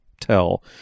tell